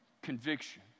Conviction